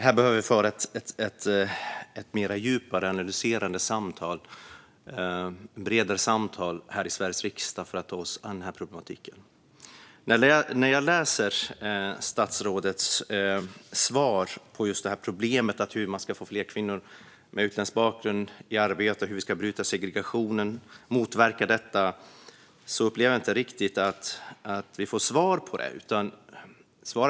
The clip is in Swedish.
Vi behöver föra ett djupare, bredare, mer analyserande samtal här i Sveriges riksdag för att ta oss an denna problematik. När jag läser statsrådets svar på hur man ska få fler kvinnor med utländsk bakgrund i arbete och på hur vi ska bryta och motverka segregationen upplever jag inte riktigt att statsrådet ger något svar.